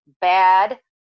bad